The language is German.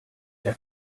der